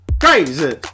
Crazy